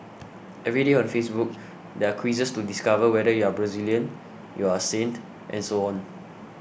every day on Facebook there are quizzes to discover whether you are Brazilian you are a saint and so on